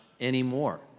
anymore